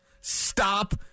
Stop